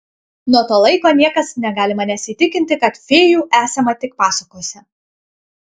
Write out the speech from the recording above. nuo to laiko niekas negali manęs įtikinti kad fėjų esama tik pasakose